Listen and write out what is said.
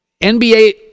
NBA